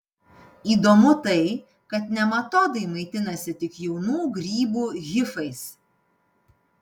įdomu tai kad nematodai maitinasi tik jaunų grybų hifais